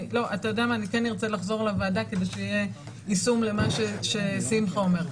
אני כן ארצה לחזור לוועדה כדי שיהיה יישום למה ששמחה אומר,